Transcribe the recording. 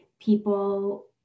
people